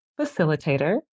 facilitator